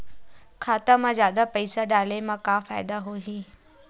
खाता मा जादा पईसा डाले मा का फ़ायदा होही?